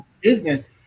business